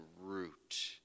root